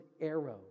arrow